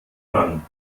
dran